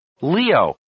Leo